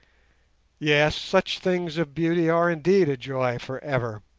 yes, such things of beauty are indeed a joy for ever,